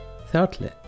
Thirdly